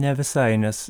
ne visai nes